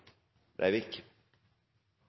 Det er